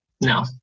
No